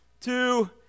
two